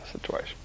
situation